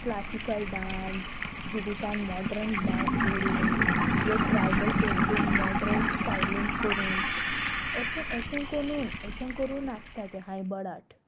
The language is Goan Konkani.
क्लासिकल डांस जिवितान मॉर्डन डांस घडूंक वो ट्रायबल पेंटींग मॉर्डन स्टायलेंट करून अशें अशें करून अशें करून आसता तें हांयबड आट